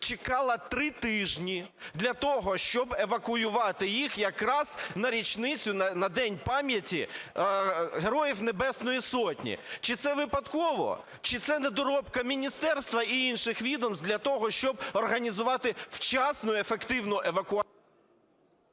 чекала три тижні для того, щоб евакуювати їх якраз на річницю, на День пам'яті Героїв Небесної Сотні? Чи це випадково? Чи це недоробка міністерства і інших відомств для того, щоб організувати вчасну і ефективну евакуацію?